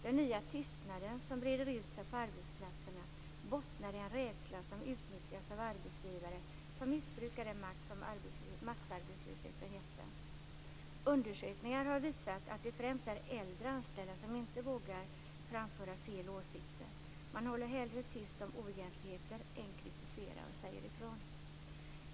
Den nya tystnad som breder ut sig på arbetsplatserna bottnar i en rädsla som utnyttjas av arbetsgivare som missbrukar den makt som massarbetslösheten gett dem. Undersökningar har visat att det främst är äldre anställda som inte vågar framföra fel och åsikter. Man håller hellre tyst om oegentligheter än kritiserar och säger ifrån.